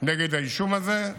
נגד האישום הזה.